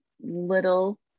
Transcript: little